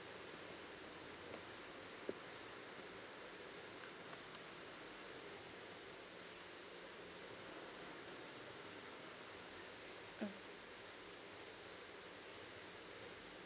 mm mm